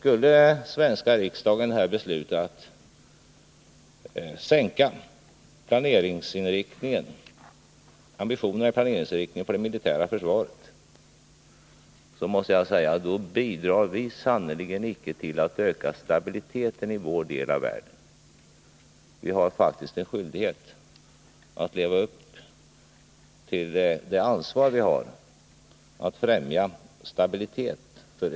Skulle den svenska riksdagen besluta att sänka ambitionerna i planeringsinriktningen för det militära försvaret, då bidrar vi sannerligen icke till att öka stabiliteten i vår del av världen. Vi har faktiskt en skyldighet att leva upp till det ansvar vi har när det gäller att främja stabilitet.